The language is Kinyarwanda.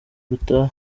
gutaha